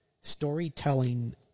storytelling